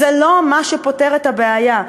זה לא מה שפותר את הבעיה.